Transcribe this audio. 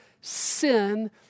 sin